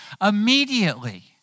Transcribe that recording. Immediately